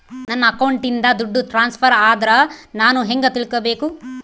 ನನ್ನ ಅಕೌಂಟಿಂದ ದುಡ್ಡು ಟ್ರಾನ್ಸ್ಫರ್ ಆದ್ರ ನಾನು ಹೆಂಗ ತಿಳಕಬೇಕು?